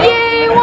Yay